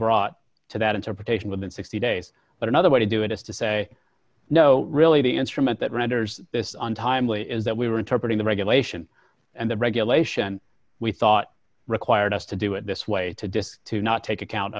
brought to that interpretation within sixty days but another way to do it is to say no really the instrument that renders this untimely is that we were interpreting the regulation and the regulation we thought required us to do it this way to disk to not take account